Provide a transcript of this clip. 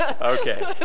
Okay